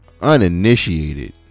uninitiated